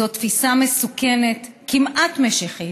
זאת תפיסה מסוכנת, כמעט משיחית,